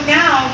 now